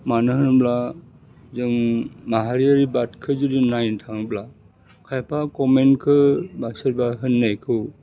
मानो होनोब्ला जों माहारियारि बाटखो जुदि नाइनो थाङोब्ला खायफा कमेन्टखो बा सोरबा होननायखौ